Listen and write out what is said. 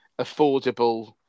affordable